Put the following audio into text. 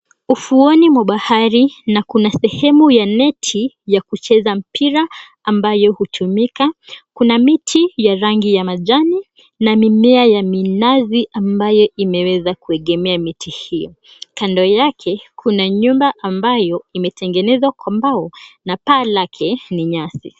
Ufuoni mwa bahari na kuna sehemu ya neti ya kucheza mpira ambayo hutumika. Kuna miti ya rangi ya majani na mimea ya minazi ambayo imeweza kuegemea miti hii. Kando yake kuna nyumba ambayo imetengenezwa kwa mbao na paa lake ni nyasi.